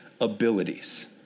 abilities